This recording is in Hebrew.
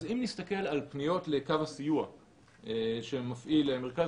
אז אם נסתכל על פניות לקו הסיוע שמפעיל מרכז